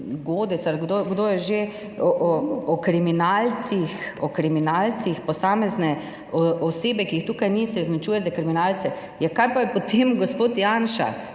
ali kdo je že, o kriminalcih, posamezne osebe, ki jih tukaj ni se označuje za kriminalce. Ja kaj pa je potem, gospod Janša?